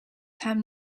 hem